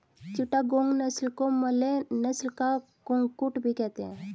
चिटागोंग नस्ल को मलय नस्ल का कुक्कुट भी कहते हैं